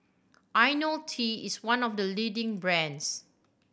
Ionil T is one of the leading brands